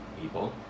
people